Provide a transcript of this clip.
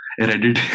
Reddit